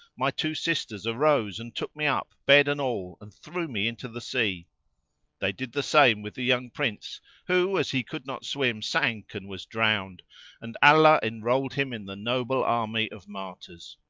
my two sisters arose and took me up, bed and all, and threw me into the sea they did the same with the young prince who, as he could not swim, sank and was drowned and allah enrolled him in the noble army of martyrs.